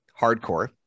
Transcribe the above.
Hardcore